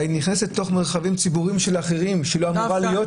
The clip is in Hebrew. שהיא נכנסת לתוך מרחבים ציבוריים של אחרים שהיא לא אמורה להיות שם.